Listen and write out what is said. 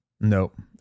Nope